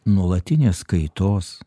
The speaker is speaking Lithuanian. nuolatinės kaitos